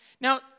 Now